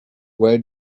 well